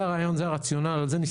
זה הרעיון, זה הרציונל, על זה נסתכל.